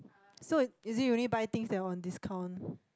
so it is it you only buy things that on discount